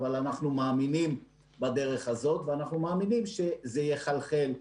אבל אנחנו מאמינים בדרך הזאת ואנחנו מאמינים שזה יחלחל.